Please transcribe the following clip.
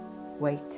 wait